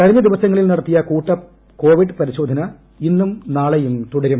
കഴിഞ്ഞ ദിവസങ്ങളിൽ നടത്തിയ കൂട്ട കോവിഡ് പരിശോധന ഇന്നും നാളെയും തുടരും